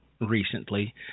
recently